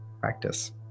practice